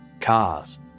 cars